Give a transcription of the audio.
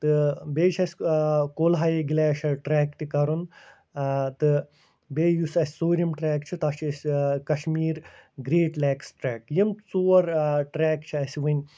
تہٕ بیٚیہِ چھِ اَسہِ کولاہاے گٕلیشَر ٹرٛٮ۪ک تہِ کَرُن تہٕ بیٚیہِ یُس اَسہِ ژوٗرِم ٹرٛٮ۪ک چھِ تَتھ چھِ أسۍ کشمیٖر گرٛیٹ لیٚکٕس ٹرٛٮ۪ک یِم ژور ٹرٛٮ۪ک چھِ اَسہِ وٕنۍ